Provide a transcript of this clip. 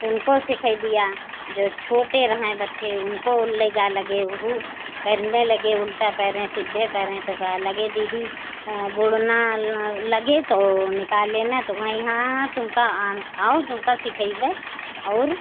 उनको सिखा दिया जो छोटे थे बच्चे उनको ले जाने लगे वह भी तैरने लगे उल्टा पैरे सीधे तैरे तो कहने लगे दीदी बुड़ने लगे तो निकाल लेना तो वहीं हाँ हाँ तुमको आओ तुमको सिखाएँगे और